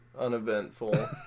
uneventful